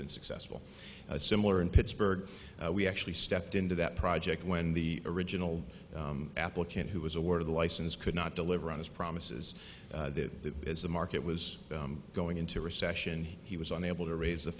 been successful similar in pittsburgh we actually stepped into that project when the original applicant who was awarded the license could not deliver on his promises that as the market was going into recession he was unable to raise the